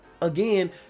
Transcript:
again